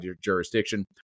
jurisdiction